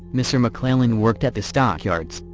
mr. mcclellan worked at the stockyards,